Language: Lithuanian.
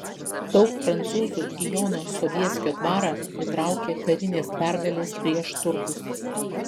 daug prancūzų į jono sobieskio dvarą pritraukė karinės pergalės prieš turkus